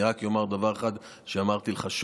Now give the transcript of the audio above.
אני רק אומר דבר אחד שאמרתי לך,